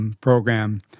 program